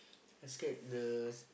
I scared the